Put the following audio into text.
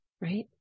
right